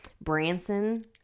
Branson